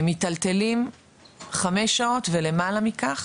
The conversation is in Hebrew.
מיטלטלים חמש שעות ולמעלה מכך,